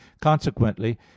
consequently